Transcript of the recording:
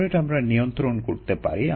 flow rate আমরা নিয়ন্ত্রণ করতে পারি